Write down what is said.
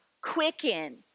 quicken